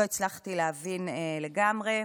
לא הצלחתי להבין לגמרי.